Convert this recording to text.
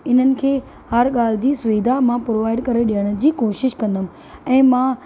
हिननि खे हर ॻाल्हि जी सुविधा मां प्रोवाइड करे ॾियण जी कोशिश कंदमि ऐं मां